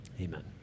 amen